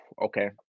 Okay